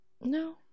No